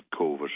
COVID